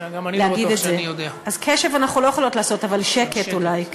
אז קשב אנחנו לא יכולות לעשות, אבל שקט אולי.